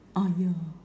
ah yeah